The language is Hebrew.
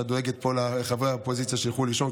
איך שאת דואגת פה לחברי האופוזיציה שילכו לישון.